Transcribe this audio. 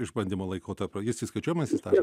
išbandymo laikotarpio jis įskaičiuojamas į stažą